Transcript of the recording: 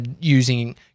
using